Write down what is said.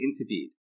interviewed